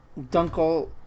Dunkel